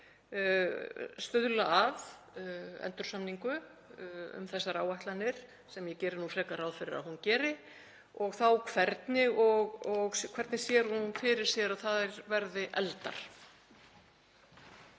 stuðla að endursamningu um þessar áætlanir, sem ég geri frekar ráð fyrir að hún geri, og þá hvernig og hvernig sér hún fyrir sér að þær verði efldar?